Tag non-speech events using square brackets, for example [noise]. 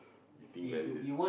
[breath] you think very